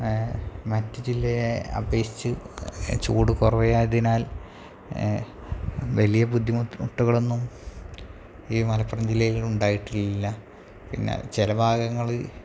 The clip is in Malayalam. മറ്റു ജില്ലയെ അപേക്ഷിച്ച് ചൂടു കുറവായതിനാൽ വലിയ ബുദ്ധിമുട്ടുകളൊന്നും ഈ മലപ്പുറം ജില്ലയിലുണ്ടായിട്ടില്ല പിന്നെ ചില ഭാഗങ്ങൾ